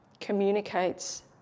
communicates